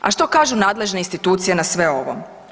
A što kažu nadležne institucije na sve ovo?